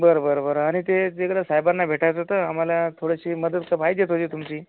बरं बरं बरं आणि ते दिगर साहेबांना भेटायचं होतं आम्हाला थोडीशी मदत पाहिजेच थोडी तुमची